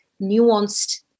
nuanced